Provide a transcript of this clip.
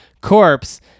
corpse